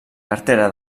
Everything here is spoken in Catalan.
cartera